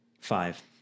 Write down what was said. Five